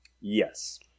Yes